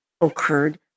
occurred